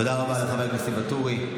תודה רבה לחבר הכנסת ניסים ואטורי.